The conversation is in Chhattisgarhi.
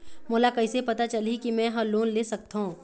मोला कइसे पता चलही कि मैं ह लोन ले सकथों?